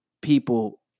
people